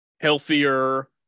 healthier